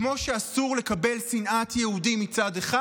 כמו שאסור לקבל שנאת יהודים מצד אחד,